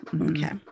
Okay